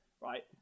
right